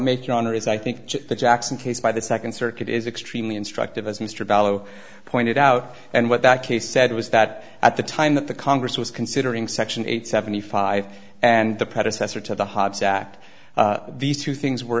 make your honor is i think the jackson case by the second circuit is extremely instructive as mr diallo pointed out and what that case said was that at the time that the congress was considering section eight seventy five and the predecessor to the hobbs act these two things were